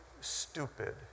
stupid